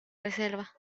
reserva